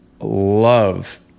love